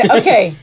okay